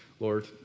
Lord